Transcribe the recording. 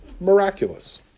miraculous